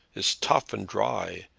is tough and dry,